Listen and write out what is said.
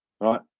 right